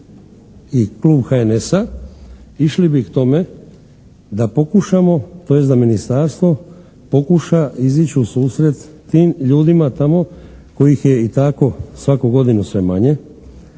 i klub HNS-a išli bi k tome da pokušamo tj. da ministarstvo pokuša izići u susret tim ljudima tamo kojih je i tako svaku godinu sve manje